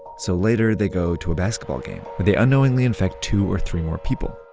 so, later they go to a basketball game. where they unknowingly infect two or three more people.